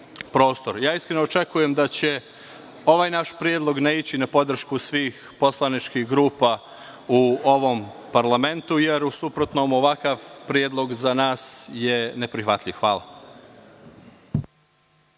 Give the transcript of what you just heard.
Iskreno očekujem da će ovaj naš predlog naići na podršku svih poslaničkih grupa u ovom parlamentu, jer je u suprotnom ovakav predlog za nas neprihvatljiv. Hvala.